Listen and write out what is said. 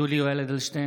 יולי יואל אדלשטיין,